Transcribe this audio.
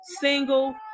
single